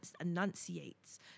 enunciates